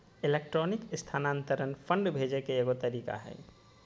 electronic स्थानान्तरण fund भेजे के एगो तरीका हइ